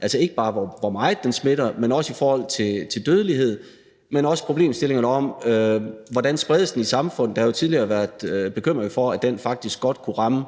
hensyn til hvor meget den smitter, men også med hensyn til dødelighed og til, hvordan den spredes i samfundet. Der er jo tidligere blevet udtrykt bekymring for, at den faktisk godt kunne ramme